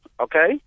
Okay